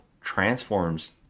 transforms